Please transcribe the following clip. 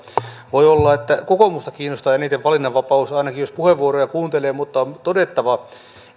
voi olla että kokoomusta kiinnostaa eniten valinnanvapaus ainakin jos puheenvuoroja kuuntelee mutta on todettava